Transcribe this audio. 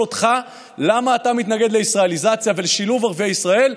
אותך למה אתה מתנגד לישראליזציה ולשילוב ערביי ישראל.